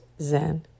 Zen